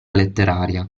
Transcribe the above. letteraria